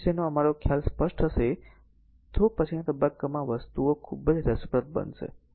તેથી જો આ વિશેનો અમારો ખ્યાલ સ્પષ્ટ થશે તો પછીના તબક્કામાં વસ્તુઓ ખૂબ જ રસપ્રદ રહેશે